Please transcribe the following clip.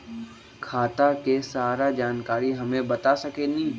खाता के सारा जानकारी हमे बता सकेनी?